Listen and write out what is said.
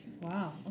Wow